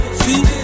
see